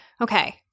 Okay